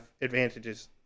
advantages